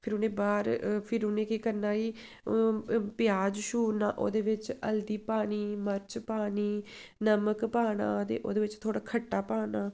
फिर उ'नें बाह्र फिर उ'नें केह् करना कि प्याज छूरना ओह्दे बिच्च हल्दी पानी मर्च पानी नमक पाना ते ओह्दे बिच्च थोह्ड़ा खट्टा पाना